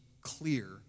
clear